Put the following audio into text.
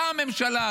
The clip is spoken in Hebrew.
אתה הממשלה,